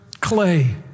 clay